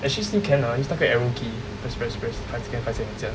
actually still can lah use 那个 arrow key just press press five second five second 这样